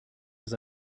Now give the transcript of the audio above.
was